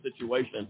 situation